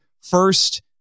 first